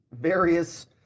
various